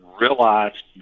realized